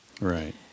Right